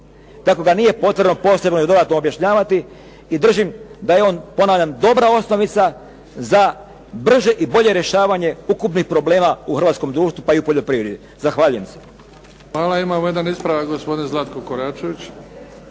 tako da nije potrebno posebno i dodatno objašnjavati i držim da je on, ponavljam dobra osnovica za brže i bolje rješavanje ukupnih problema u hrvatskom društvu, pa i u poljoprivredi. Zahvaljujem se. **Bebić, Luka (HDZ)** Hvala. Imamo jedan ispravak, gospodin Zlatko Koračević.